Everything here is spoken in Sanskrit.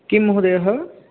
किं महोदय